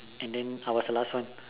and then I was the last one